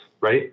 right